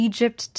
Egypt